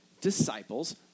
disciples